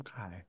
Okay